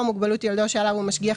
או מוגבלות ילדו שעליו הוא משגיח,